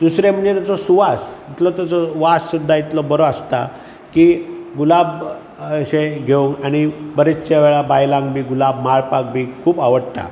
दुसरें म्हणजे ताचो सुवास इतलो तेचो वास सुद्दां इतलो बरो आसता की गुलाब अशेंय घेवन आनी बऱ्याचश्या वेळा बायलांक बी गुलीब माळपाक बी खूब आवडटा